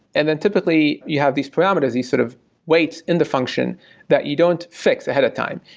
and then typically, you have these parameters. you sort of weight in the function that you don't fix ahead of time.